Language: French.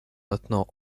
maintenant